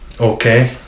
okay